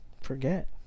forget